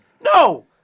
No